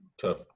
tough